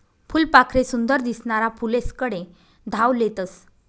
फुलपाखरे सुंदर दिसनारा फुलेस्कडे धाव लेतस